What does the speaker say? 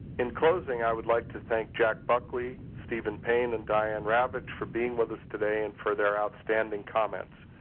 in closing, i would like to thank jack buckley, steven paine, and diane ravitch for being with us today and for their outstanding comments.